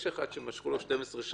יש אחד שמשכו לו 12 שנה.